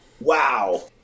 wow